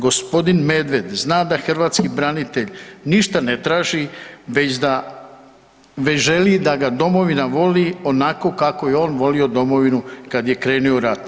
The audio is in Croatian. G. Medved zna da hrvatski branitelj ništa ne traži već želi da ga domovina voli onako kako je on volio domovinu kad je krenuo u rat.